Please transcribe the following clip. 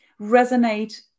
resonate